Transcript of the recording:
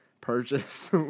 purchase